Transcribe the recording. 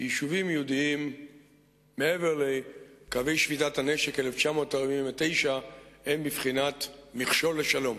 שיישובים יהודיים מעבר לקווי שביתת הנשק 1949 הם בבחינת מכשול לשלום.